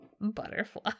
Butterfly